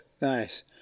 nice